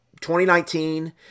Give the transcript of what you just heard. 2019